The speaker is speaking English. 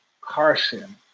Carson